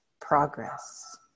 progress